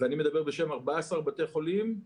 ואני מדבר בשם 14 בתי חולים,